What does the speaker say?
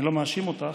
אני לא מאשים אותך,